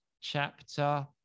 chapter